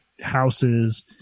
houses